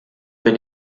bin